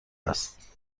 است